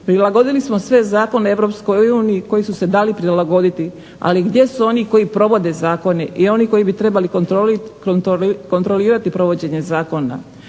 prilagodili smo sve zakone Europskoj uniji koji su se dali prilagoditi. Ali gdje su oni koji provode zakone i oni koji bi trebali kontrolirati provođenje zakona.